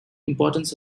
importance